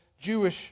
Jewish